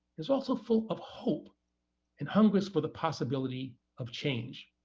is also full of hope and hungers for the possibility of change.